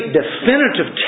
definitive